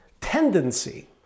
tendency